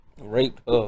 raped